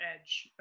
edge